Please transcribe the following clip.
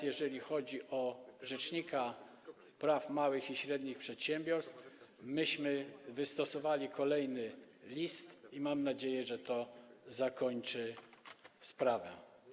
Jeżeli chodzi o rzecznika praw małych i średnich przedsiębiorstw, wystosowaliśmy kolejny list i mam nadzieję, że to zakończy sprawę.